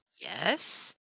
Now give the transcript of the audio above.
Yes